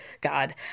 God